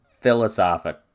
philosophic